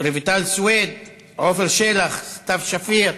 רויטל סויד, עפר שלח, סתיו שפיר,